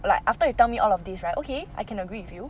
like after you tell me all of these right okay I can agree with you